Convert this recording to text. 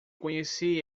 conheci